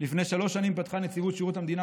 לפני שלוש שנים פתחה נציבות שירות המדינה